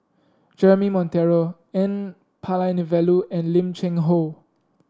Jeremy Monteiro N Palanivelu and Lim Cheng Hoe